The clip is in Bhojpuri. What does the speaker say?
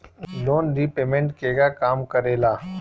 लोन रीपयमेंत केगा काम करेला?